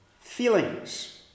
feelings